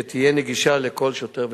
שתהיה נגישה לכל שוטר ושוטר.